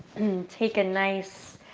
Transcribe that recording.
take a nice,